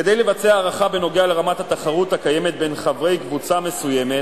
כדי לבצע הערכה בנוגע לרמת התחרות הקיימת בין חברי קבוצה מסוימת,